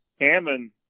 hammond